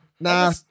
Nah